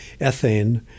ethane